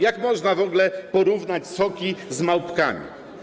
Jak można w ogóle porównać soki z małpkami?